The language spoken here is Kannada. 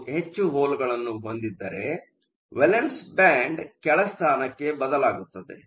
ಅದು ಹೆಚ್ಚು ಹೋಲ್ ಗಳನ್ನು ಹೊಂದಿದ್ದರೆ ವೇಲೆನ್ಸ್ ಬ್ಯಾಂಡ್ ಕೆಳ ಸ್ಥಾನಕ್ಕೆ ಬದಲಾಗುತ್ತದೆ